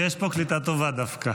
לצערנו, יש פה קליטה טובה דווקא.